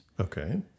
Okay